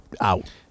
out